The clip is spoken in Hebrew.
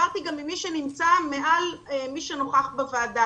דיברתי גם עם מי שנמצא מעל מי שנוכח בוועדה.